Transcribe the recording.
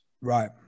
right